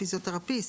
"פיזיותרפיסט",